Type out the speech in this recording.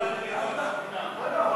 ועדה לביקורת המדינה.